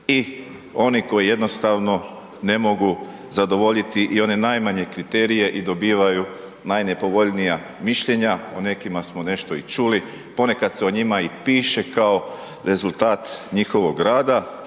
i oni koji jednostavno ne mogu zadovoljiti i one najmanje kriterije i dobivaju najnepovoljnija mišljenja, o nekima smo nešto i čuli, ponekad se o njima i piše kao rezultat njihovog rada,